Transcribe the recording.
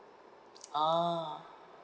ah